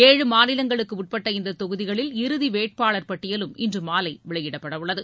ஏழு மாநிலங்களுக்குட்பட்ட இந்த தொகுதிகளில் இறுதி வேட்பாளர் பட்டியலும் இன்று மாலை வெளியிடப்பட உள்ளது